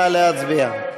נא להצביע.